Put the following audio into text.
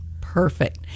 Perfect